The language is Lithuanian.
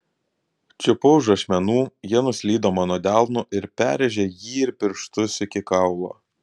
čiupau už ašmenų jie nuslydo mano delnu ir perrėžė jį ir pirštus iki kaulo